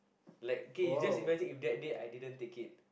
like K you just imagine that day If I didn't take it